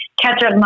ketchup